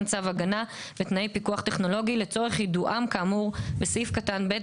צו הגנה בתנארי פיקוח טכנולוגי לצורך יידועם כאמור בסעיף קטן (ב),